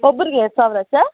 ಒಬ್ರಿಗೆ ಎರಡು ಸಾವಿರ ಸರ್